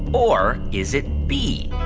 or is it b,